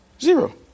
Zero